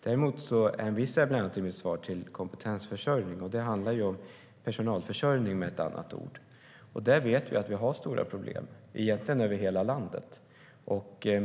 Däremot hänvisar jag i mitt svar bland annat till kompetensförsörjning, och det handlar om personalförsörjning, med ett annat ord. Där vet vi att vi har stora problem, egentligen över hela landet.